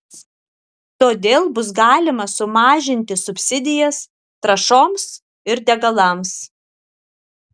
todėl bus galima sumažinti subsidijas trąšoms ir degalams